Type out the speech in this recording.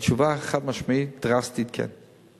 והתשובה החד-משמעית: דרסטית, כן.